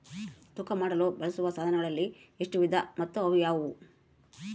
ತೂಕ ಮಾಡಲು ಬಳಸುವ ಸಾಧನಗಳಲ್ಲಿ ಎಷ್ಟು ವಿಧ ಮತ್ತು ಯಾವುವು?